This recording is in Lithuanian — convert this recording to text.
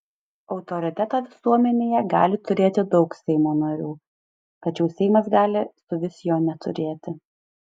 autoritetą visuomenėje gali turėti daug seimo narių tačiau seimas gali suvis jo neturėti